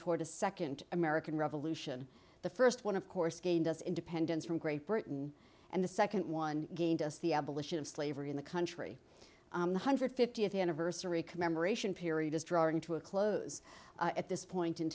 toward a second american revolution the first one of course gained us independence from great britain and the second one gained us the abolition of slavery in the country one hundred fiftieth anniversary commemoration period is drawing to a close at this point in